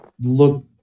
look